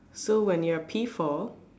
so when you're P-four